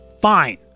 fine